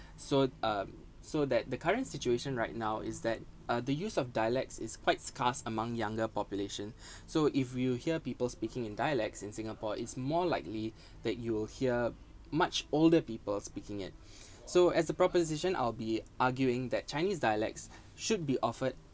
so um so that the current situation right now is that uh the use of dialects is quite scarce among younger population so if you hear people speaking in dialects in singapore it's more likely that you will hear much older people speaking it so as a proposition I'll be arguing that chinese dialects should be offered